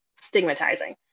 stigmatizing